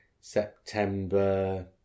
September